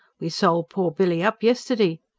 we sol' poor billy up yesterday.